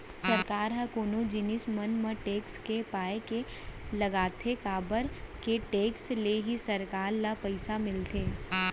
सरकार ह कोनो जिनिस मन म टेक्स ये पाय के लगाथे काबर के टेक्स ले ही सरकार ल पइसा मिलथे